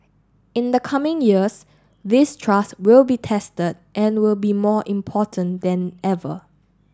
in the coming years this trust will be tested and will be more important than ever